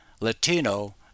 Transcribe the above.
Latino